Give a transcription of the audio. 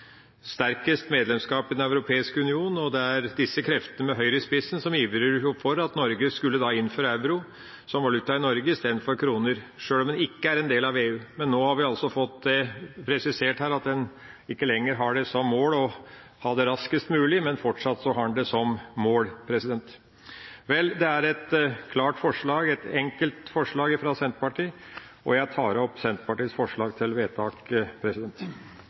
sterkest ønsker medlemskap i Den europeiske union, og det er disse kreftene med Høyre i spissen som ivrer for at Norge skal innføre euro som valuta i Norge istedenfor kroner – sjøl om en ikke er en del av EU. Men nå har vi altså fått det presisert her at en ikke lenger har som mål å få det raskest mulig, men fortsatt har en det som mål. Vel, det er et klart forslag, et enkelt forslag fra Senterpartiet, og jeg tar opp Senterpartiets forslag til vedtak.